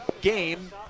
game